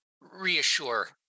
reassure